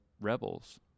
Rebels